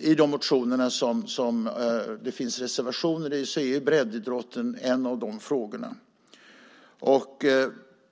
I de motioner som det finns reservationer för är breddidrotten en av frågorna.